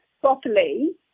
properly